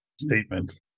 statement